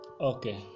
Okay